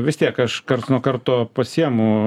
vis tiek aš karts nuo karto pasiemu